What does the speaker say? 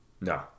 No